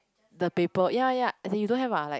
the paper ya ya as in you don't have ah like